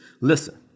Listen